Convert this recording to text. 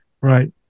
right